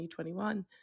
2021